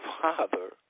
Father